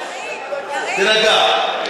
בינתיים, תירגע.